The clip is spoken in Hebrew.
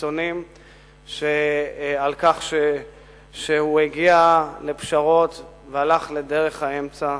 קיצונים על כך שהוא הגיע לפשרות והלך לדרך האמצע.